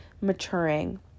maturing